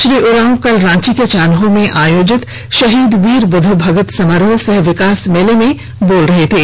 श्री उराव कल रांची के चान्हो में आयोजित शहीद वीर बुद्ध भगत समारोह सह विकास मेले में बोल रहे थे